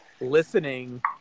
listening